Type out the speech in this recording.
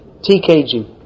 TKG